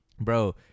Bro